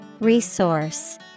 Resource